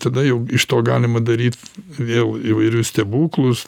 tada jau iš to galima daryt vėl įvairius stebuklus